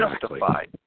justified